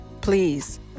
please